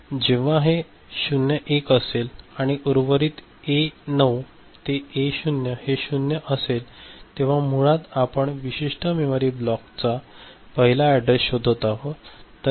जेव्हा हे 01 असेल आणि उर्वरित ए 9 ते ए 0 हे 0 असेल तेव्हा मुळात आपण या विशिष्ट मेमरी ब्लॉकचा पहिला अॅड्रेस शोधत आहोत